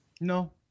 No